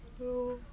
ya lor